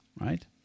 right